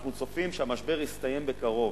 אנחנו צופים שהמשבר יסתיים בקרוב.